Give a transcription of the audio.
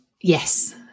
Yes